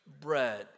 bread